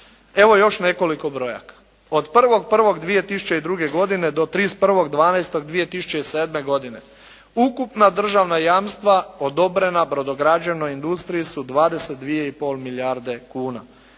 Evo još nekoliko brojaka. Od 1.1.2002. godine do 31.12.2007. godine ukupna državna jamstava odobrena brodograđevnoj industriji su 22 i pol milijarde kuna.